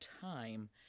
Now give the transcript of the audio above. time